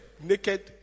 naked